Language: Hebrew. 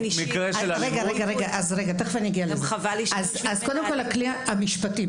קודם כל הכלי המשפטי.